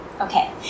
Okay